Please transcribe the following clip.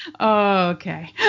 Okay